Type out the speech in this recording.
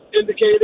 indicated